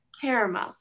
Caramel